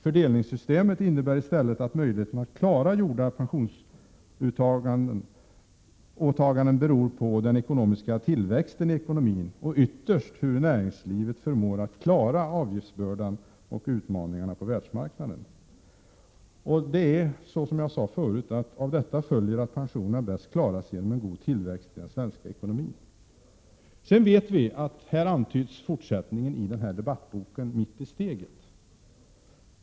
Fördelningssystemet innebär i stället att möjligheterna att klara gjorda pensionsåtaganden beror på den ekonomiska tillväxten i ekonomin och ytterst på hur näringslivet förmår att klara avgiftsbördan och utmaningarna på världsmarknaden. Som jag sade förut följer av detta att pensionerna bäst klaras genom en god tillväxt i den svenska ekonomin. Fortsättningen antyds i debattboken Mitt i steget.